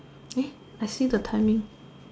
eh I see the timing